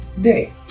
Day